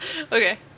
Okay